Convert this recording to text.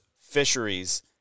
fisheries